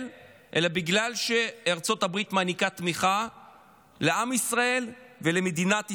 אלא בגלל שארצות הברית מעניקה תמיכה לעם ישראל ולמדינת ישראל.